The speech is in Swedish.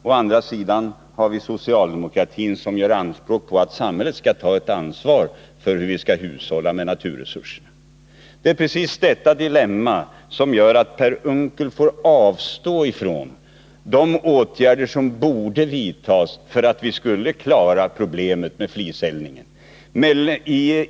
Å andra sidan har vi socialdemokratin, som gör anspråk på att samhället skall ta ett ansvar för hur vi skall hushålla med naturresurserna. Det är precis detta dilemma som gör att Per Unckel får avstå från de åtgärder som borde vidtas för att vi skulle klara problemet med fliseldningen.